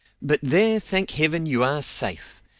but there, thank heaven you are safe!